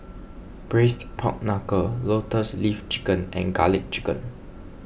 Braised Pork Knuckle Lotus Leaf Chicken and Garlic Chicken